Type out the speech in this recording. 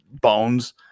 bones